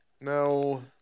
No